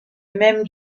même